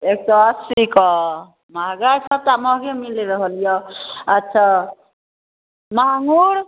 एक सए अस्सीके महँगा सभटा महँगे मिल रहल यए अच्छा माङ्गुर